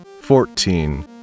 fourteen